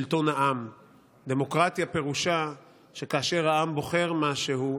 "שלטון העם"; דמוקרטיה פירושה שכאשר העם בוחר משהו,